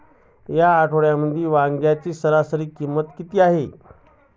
या आठवड्यात वांग्याची सरासरी किंमत किती आहे?